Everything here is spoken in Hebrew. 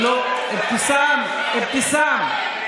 אבתיסאם, אבתיסאם.